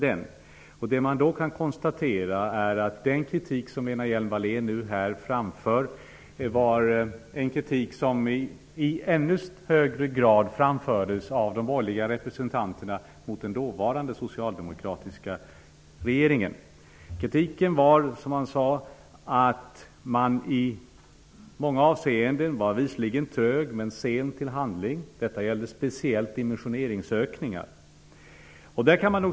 Den kritik som Lena Hjelm-Wallén här framför är en kritik som i ännu högre grad framfördes av de borgerliga representanterna mot den dåvarande socialdemokratiska regeringen. Kritiken var att den socialdemokratiska regeringen i många avseenden var visligen trög men sen till handling. Detta gällde speciellt dimensioneringsökningar.